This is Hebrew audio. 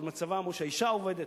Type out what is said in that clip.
ומצבם הוא שהאשה עובדת,